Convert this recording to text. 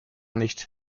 nicht